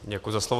Děkuji za slovo.